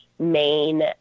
main